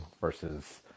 versus